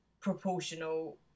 proportional